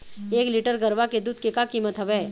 एक लीटर गरवा के दूध के का कीमत हवए?